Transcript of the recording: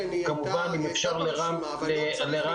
וגם אם אפשר לרם שמואלי,